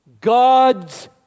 God's